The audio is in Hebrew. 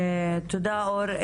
תודה אור,